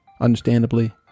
understandably